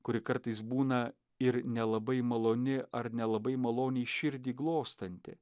kuri kartais būna ir nelabai maloni ar nelabai maloniai širdį glostanti